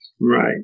right